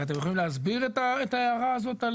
אתם יכולים להסביר את ההערה הזאת?